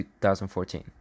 2014